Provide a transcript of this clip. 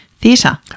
theatre